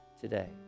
today